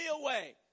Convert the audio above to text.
away